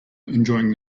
enjoying